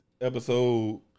episode